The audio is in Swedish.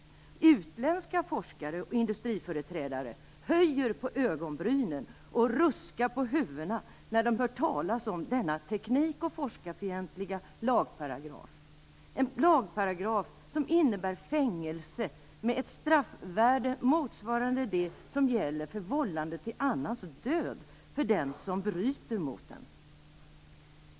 Utländska forskare och industriföreträdare höjer på ögonbrynen och ruskar på huvudena när de hör talas om denna teknik och forskarfientliga lagparagraf, en lagparagraf som innebär fängelse med ett straffvärde motsvarande det som gäller för vållande till annans död för den som bryter mot den.